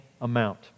amount